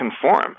conform